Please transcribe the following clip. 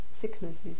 sicknesses